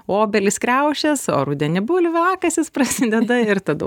obelys kriaušės o rudenį bulviakasis prasideda ir tada